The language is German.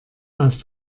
aus